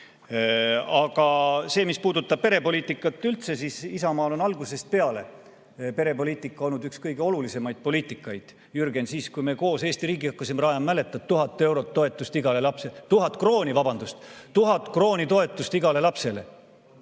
mis puudutab perepoliitikat üldse, siis Isamaal on algusest peale perepoliitika olnud üks kõige olulisemaid poliitikaid. Jürgen, siis, kui me koos Eesti riiki hakkasime rajama, mäletad, 1000 eurot toetust igale lapsele. 1000 krooni, vabandust! 1000 krooni toetust igale lapsele.